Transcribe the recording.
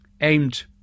aimed